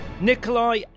Nikolai